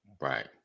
Right